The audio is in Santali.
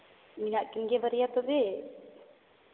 ᱢᱮᱱᱟᱜ ᱠᱤᱱ ᱜᱮᱭᱟ ᱵᱟᱨᱭᱟ ᱛᱚᱵᱮ